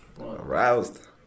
Aroused